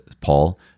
Paul